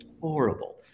horrible